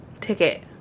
ticket